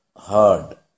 heard